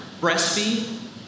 breastfeed